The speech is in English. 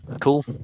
cool